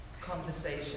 conversation